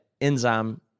enzyme